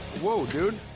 whoa, dude.